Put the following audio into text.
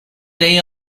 day